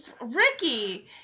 Ricky